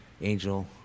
angel